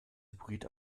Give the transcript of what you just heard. hybrid